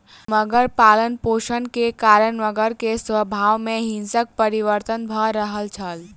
मगर पालनपोषण के कारण मगर के स्वभाव में हिंसक परिवर्तन भ रहल छल